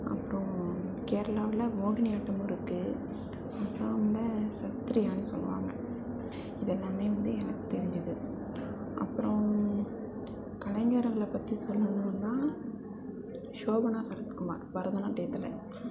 அப்றம் கேரளாவில் மோகினி ஆட்டம் இருக்குது அசாமில் சத்ரியான்னு சொல்லுவாங்க இது எல்லாமே வந்து எனக்கு தெரிஞ்சுது அப்றம் கலைஞர்களை பற்றி சொல்லனும்னால் ஷோபனா சரத்குமார் பரதநாட்டியத்தில்